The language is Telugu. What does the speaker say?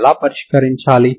ఇవి మనకు ఇప్పటికే తెలుసు